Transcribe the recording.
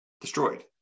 destroyed